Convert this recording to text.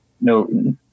no